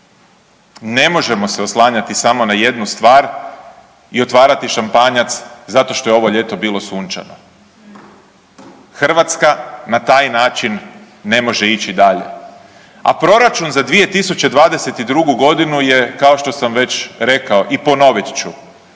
Ne možemo se oslanjati samo na jednu stvar i otvarati šampanjac zato što je ovo ljeto bilo sunčano. Hrvatska na taj način ne može ići dalje. A proračun za 2022. godinu je kao što sam već rekao i ponovit ću,